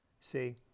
See